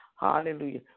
Hallelujah